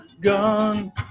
gone